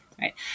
right